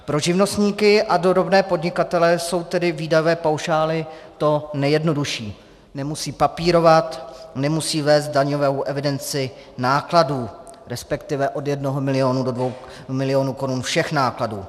Pro živnostníky a drobné podnikatele jsou tedy výdajové paušály to nejjednodušší nemusí papírovat, nemusí vést daňovou evidenci nákladů, resp. od 1 milionu do 2 milionů korun všech nákladů.